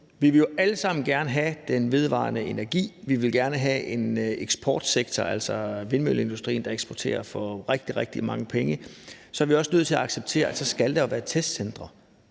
Vi vil jo allesammen gerne have den vedvarende energi, og vi vil gerne have en eksportsektor, altså en vindmølleindustri, der eksporterer for rigtig, rigtig mange penge, og så er vi også nødt til at acceptere, at der jo skal være testcentre